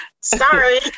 Sorry